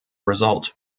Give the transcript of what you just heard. result